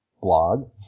blog